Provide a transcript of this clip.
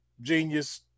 genius